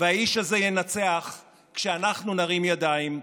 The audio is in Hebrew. האיש הזה ינצח כשאנחנו נרים ידיים,